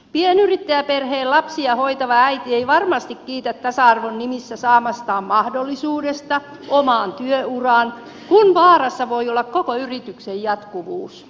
pienyrittäjäperheen lapsia hoitava äiti ei varmasti kiitä tasa arvon nimissä saamastaan mahdollisuudesta omaan työuraan kun vaarassa voi olla koko yrityksen jatkuvuus